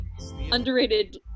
underrated